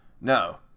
No